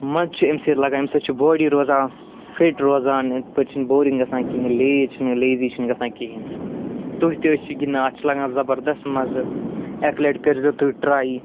مَزٕ چھُ اَمہِ سۭتۍ لَگان اَمہِ سۭتۍ چھِ باڈی روزان فِٹ روزان یِتھ پٲٹھۍ چھِنہٕ بورِنٛگ گژھان کِہیٖنۍ لیز چھِنہٕ لیزی چھِنہٕ گژھان کِہیٖنۍ تُہۍ تہِ آسِو گِنٛدان اَتھ چھُ لَگان زبردست مَزٕ اَکہِ لَٹہِ کٔرِزیٛو تُہۍ ٹرٛاے